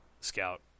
Scout